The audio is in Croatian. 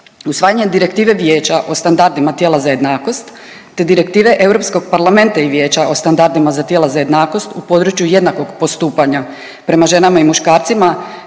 Usvajanje direktive Vijeća o standardima tijela za jednakost te direktive Europskog parlamenta i Vijeća o standardima za tijela za jednakost u području jednakog postupanja prema ženama i muškarcima